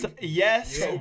Yes